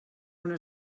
una